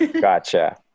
Gotcha